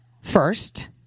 first